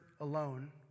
alone